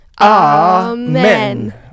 Amen